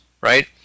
right